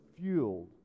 fueled